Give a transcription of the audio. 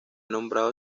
nombrado